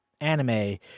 anime